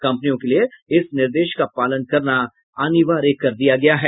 कम्पनियों के लिए इस निर्देश का पालन करना अनिवार्य कर दिया गया है